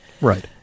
Right